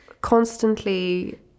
constantly